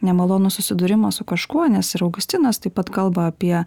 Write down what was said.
nemalonų susidūrimą su kažkuo nes ir augustinas taip pat kalba apie